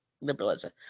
liberalism